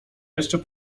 jeszcze